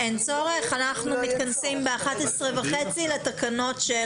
הישיבה ננעלה בשעה 11:10.